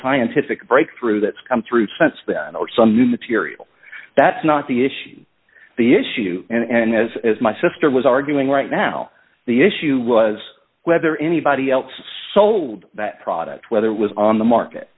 scientific breakthrough that's come through since then or some new material that's not the issue the issue and as my sister was arguing right now the issue was whether anybody else sold that product whether it was on the market